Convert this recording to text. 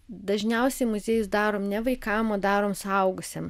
dažniausiai muziejus darom ne vaikam o darom suaugusiem